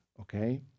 Okay